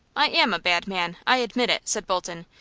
i am a bad man, i admit it, said bolton,